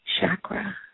chakra